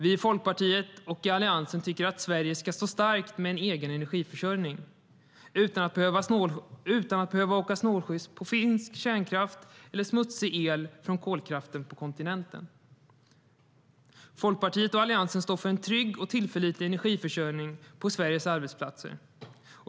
Vi i Folkpartiet och Alliansen tycker att Sverige ska stå starkt med en egen energiförsörjning utan att behöva åka snålskjuts på finsk kärnkraft eller smutsig el från kolkraften på kontinenten. Folkpartiet och Alliansen står för en trygg och tillförlitlig energiförsörjning på Sveriges arbetsplatser.